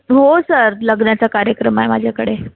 हो सर लग्नाचा कार्यक्रम आहे माझ्याकडे